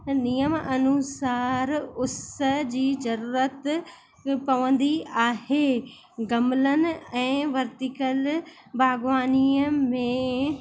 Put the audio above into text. नियम अनुसार उस जी ज़रूरत पवंदी आहे गमलनि ऐं वर्तीकल बागवानीअ में